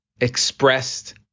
expressed